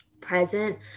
present